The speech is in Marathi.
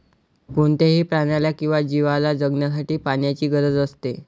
कोणत्याही प्राण्याला किंवा जीवला जगण्यासाठी पाण्याची गरज असते